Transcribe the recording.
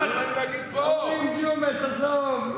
ג'ומס, עזוב.